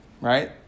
right